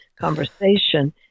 conversation